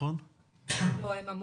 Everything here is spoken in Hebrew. לי,